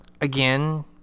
Again